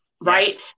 right